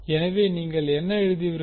எனவே நீங்கள் என்ன எழுதுவீர்கள்